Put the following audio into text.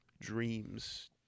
dreams